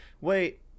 wait